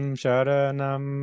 sharanam